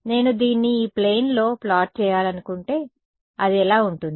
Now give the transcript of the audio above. నేను దీన్ని ఈ ప్లేన్ లో ప్లాట్ చేయాలనుకుంటే అది ఎలా ఉంటుంది